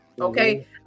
Okay